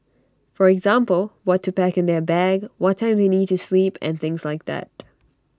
for example what to pack in their bag what time they need to sleep and things like that